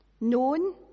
known